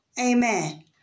Amen